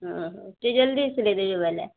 ଅଁ ହଁ ଟିକେ ଜଲଦି ସିଲେଇ ଦେବି ବୋଇଲେ